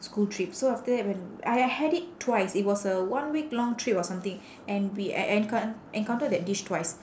school trip so after that when I had it twice it was a one week long trip or something and we en~ encount~ encounter that dish twice